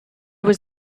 was